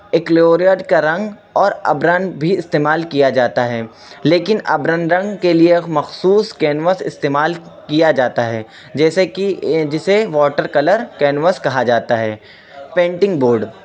ایکلوریڈ کا رنگ اور ابرنگ بھی استعمال کیا جاتا ہے لیکن ابرنگ رنگ کے لیے ایک مخصوص کینوس استعمال کیا جاتا ہے جیسے کہ جسے واٹر کلر کینوس کہا جاتا ہے پینٹنگ بورڈ